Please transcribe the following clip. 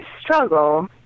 struggle